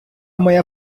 моя